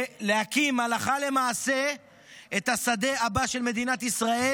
ולהקים הלכה למעשה את השדה הבא של מדינת ישראל,